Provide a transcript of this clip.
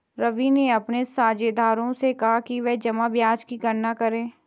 रवि ने अपने साझेदारों से कहा कि वे जमा ब्याज की गणना करें